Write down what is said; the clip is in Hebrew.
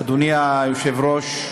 אדוני היושב-ראש,